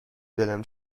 دلم